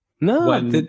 No